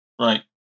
Right